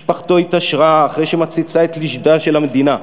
משפחתו התעשרה אחרי שמצצה את לשדה של המדינה.